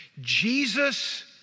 Jesus